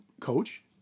Coach